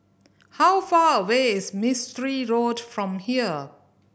how far away is Mistri Road from here